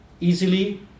easily